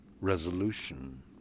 resolution